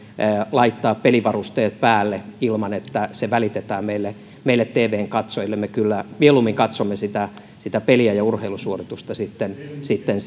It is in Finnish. laittaa pelivarusteet päälle ilman että se välitetään meille meille tvn katsojille me kyllä mieluummin katsomme sitä sitä peliä ja urheilusuoritusta sitten sitten